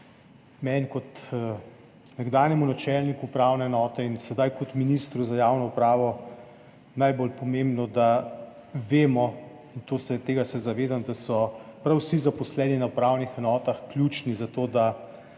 meni kot nekdanjemu načelniku upravne enote in sedaj kot ministru za javno upravo najbolj pomembno, da vemo, in tega se zavedam, da so prav vsi zaposleni na upravnih enotah ključni za to, da